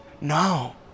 No